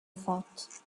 thought